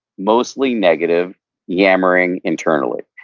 mostly negative yammering internally.